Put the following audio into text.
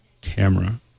camera